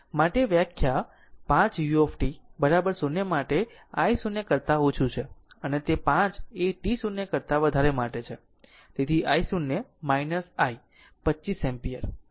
અને વ્યાખ્યા 5 u બરાબર 0 માટે I 0 કરતા ઓછું છે અને તે 5 એ t 0 કરતા વધારે માટે છે